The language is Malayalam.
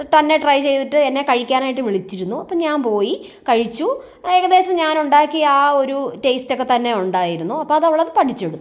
തന്നെ ട്രൈ ചെയ്തിട്ട് എന്നെ കഴിയ്ക്കാനായിട്ട് വിളിച്ചിരുന്നു അപ്പം ഞാൻ പോയി കഴിച്ചു ഏകദേശം ഞാൻ ഉണ്ടാക്കിയ ആ ഒരു ടേയ്സ്റ്റൊക്കെ തന്നെ ഉണ്ടായിരുന്നു അപ്പം അതവളത് പഠിച്ചെടുത്തു